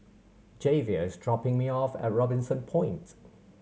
Javier is dropping me off at Robinson Point